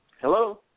Hello